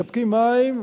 משווקים מים.